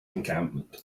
encampment